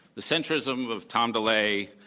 the centrism of tom delay,